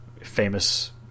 famous